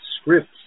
scripts